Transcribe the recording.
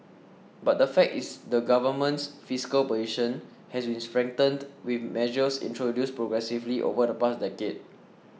but the fact is the Government's fiscal position has been strengthened with measures introduced progressively over the past decade